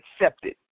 accepted